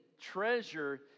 treasure